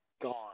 gone